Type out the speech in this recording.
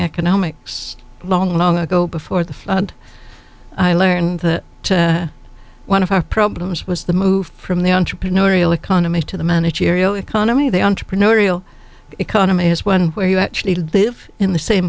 economics long long ago before the i learned that one of our problems was the move from the entrepreneurial economy to the managerial economy they entrepreneurial economy is one where you actually live in the same